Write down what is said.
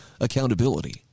accountability